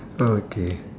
okay